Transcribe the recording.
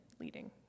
leading